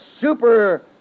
super